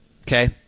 Okay